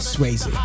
Swayze